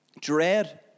dread